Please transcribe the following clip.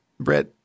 Brett